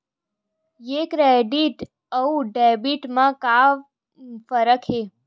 ये क्रेडिट आऊ डेबिट मा का फरक है?